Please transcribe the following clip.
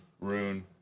Rune